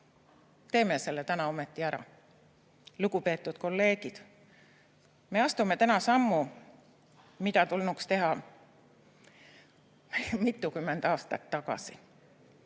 Teeme selle täna ometi ära! Lugupeetud kolleegid! Me astume täna sammu, mida tulnuks teha mitukümmend aastat tagasi.